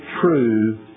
true